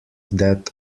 that